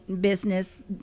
business